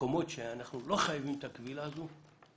במקומות שבהם לא חייבים את הכבילה הזו,